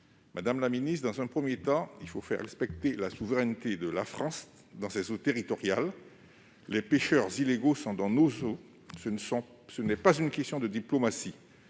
des outre-mer. Dans un premier temps, il faut faire respecter la souveraineté de la France dans ses eaux territoriales. Les pêcheurs illégaux sont dans nos eaux ; ce n'est pas une question de diplomatie.